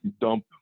dump